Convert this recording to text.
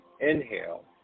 inhale